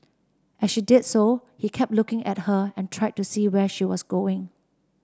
as she did so he kept looking at her and tried to see where she was going